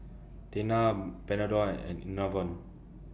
Tena Panadol and Enervon